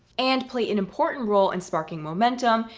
and play an important role in sparking momentum,